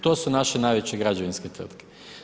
To su naše najveće građevinske tvrtke.